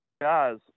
guys